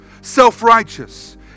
Self-righteous